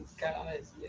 guys